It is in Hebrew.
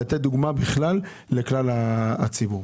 לתת דוגמה לכלל הציבור.